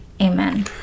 Amen